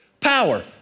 Power